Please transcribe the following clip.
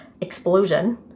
explosion